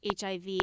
hiv